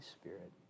Spirit